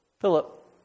Philip